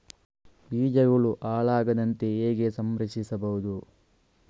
ಬೀಜಗಳು ಹಾಳಾಗದಂತೆ ಹೇಗೆ ಸಂರಕ್ಷಿಸಬಹುದು?